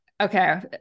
Okay